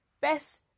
best